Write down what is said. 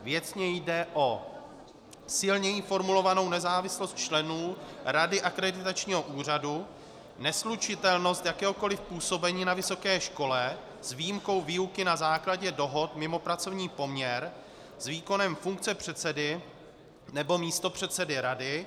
Věcně jde o silněji formulovanou nezávislost členů Rady Akreditačního úřadu, neslučitelnost jakéhokoliv působení na vysoké škole s výjimkou výuky na základě dohod mimo pracovní poměr s výkonem funkce předsedy nebo místopředsedy rady.